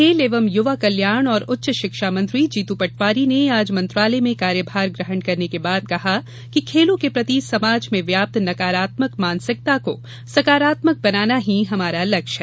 खेल एवं युवा कल्याण और उच्च शिक्षा मंत्री जीतू पटवारी ने आज मंत्रालय में कार्यभार ग्रहण करने के बाद कहा कि खेलों के प्रति समाज में व्याप्त नकारात्मक मानसिकता को सकारात्मक बनाना ही हमारा लक्ष्य है